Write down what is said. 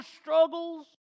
struggles